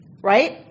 right